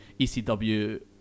ECW